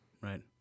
right